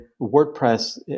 WordPress